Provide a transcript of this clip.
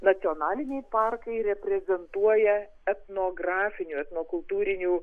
nacionaliniai parkai reprezentuoja etnografinių etnokultūrinių